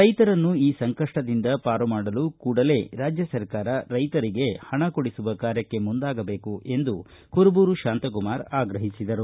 ರೈತರನ್ನು ಈ ಸಂಕಷ್ಟದಿಂದ ಪಾರು ಮಾಡಲು ಕೂಡಲೇ ರಾಜ್ಯ ಸರ್ಕಾರ ರೈತರಿಗೆ ಹಣ ಕೊಡಿಸುವ ಕಾರ್ಯಕ್ಕೆ ಮುಂದಾಗಬೇಕು ಎಂದು ಕುರುಬೂರು ಶಾಂತಕುಮಾರ್ ಆಗ್ರಹಿಸಿದರು